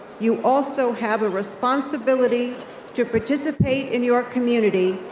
you also have a responsibility to participate in your community,